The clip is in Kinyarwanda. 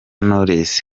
knowless